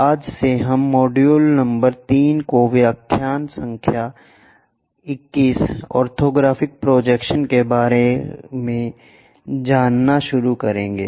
आज से हम मॉड्यूल नंबर 3 को व्याख्यान संख्या 21 ऑर्थोग्राफिक प्रोजेक्शन्स के साथ कवर करेंगे